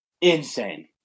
insane